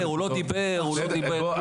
הוא לא דיבר כלום.